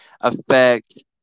affect